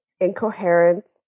incoherent